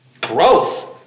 growth